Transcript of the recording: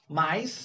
mas